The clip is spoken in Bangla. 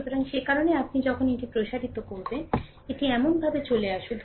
সুতরাং সে কারণেই আপনি যখন এটি প্রসারিত করবেন এটি এমনভাবে চলে আসবে